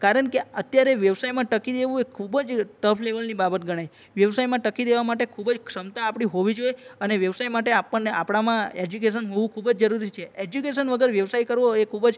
કારણકે અત્યારે વ્યવસાયમાં ટકી રહેવું એ ખૂબ જ ટફ લેવલની બાબત ગણાય વ્યવસાયમાં ટકી રહેવા માટે ખૂબ જ ક્ષમતા આપણી હોવી જોઈએ અને વ્યવસાય માટે આપણને આપણામાં એજ્યુકેશન હોવું ખૂબ જ જરૂરી છે એજ્યુકેશન વગર વ્યવસાય કરવો એ ખૂબ જ